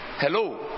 Hello